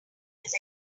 his